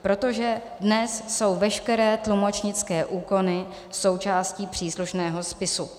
Protože dnes jsou veškeré tlumočnické úkony součástí příslušného spisu.